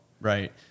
right